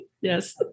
Yes